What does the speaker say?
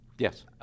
Yes